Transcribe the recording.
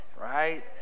right